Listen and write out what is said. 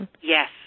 Yes